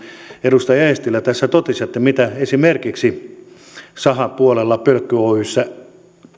edustaja eestilä tässä totesi mitä esimerkiksi sahapuolella pölkky oyssä